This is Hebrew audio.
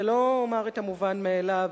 ולא אומר את המובן מאליו,